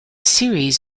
series